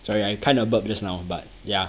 sorry I kind of burped just now but yeah